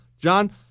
John